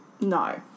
No